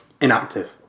Inactive